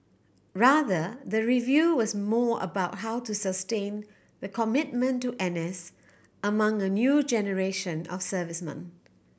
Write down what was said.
rather the review was more about how to sustain the commitment to N S among a new generation of servicemen